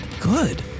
good